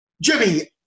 Jimmy